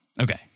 Okay